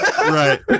Right